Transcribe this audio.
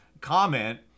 comment